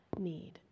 need